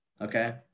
Okay